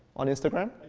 on instagram?